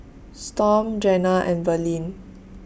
Storm Jena and Verlene